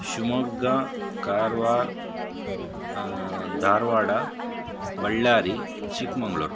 Shivamogga Karwar Dharwad Ballari Chikmagalur